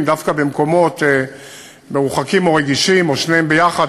דווקא במקומות מרוחקים או רגישים או שניהם ביחד.